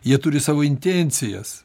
jie turi savo intencijas